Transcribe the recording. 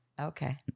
Okay